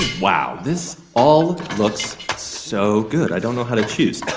wow. this all looks so good. i don't know how to choose.